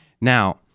Now